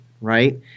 right